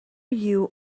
you